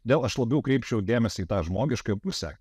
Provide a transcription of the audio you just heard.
todėl aš labiau kreipčiau dėmesį į tą žmogiškąją pusę